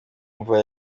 mva